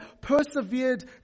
persevered